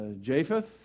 Japheth